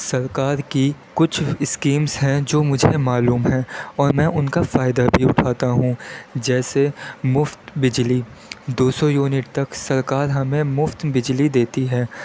سرکار کی کچھ اسکیمس ہیں جو مجھے معلوم ہیں اور میں ان کا فائدہ بھی اٹھاتا ہوں جیسے مفت بجلی دو سو یونٹ تک سرکار ہمیں مفت بجلی دیتی ہے